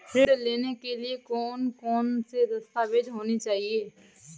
ऋण लेने के लिए कौन कौन से दस्तावेज होने चाहिए?